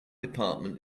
department